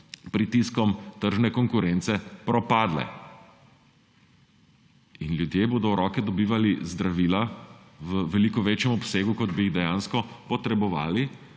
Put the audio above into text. pritiskom tržne konkurence propadle, in ljudje bodo v roke dobivali zdravila v veliko večjem obsegu, kot bi jih dejansko potrebovali,